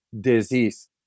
disease